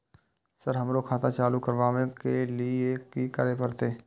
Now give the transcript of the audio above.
Sir हमरो खाता चालू करबाबे के ली ये की करें परते?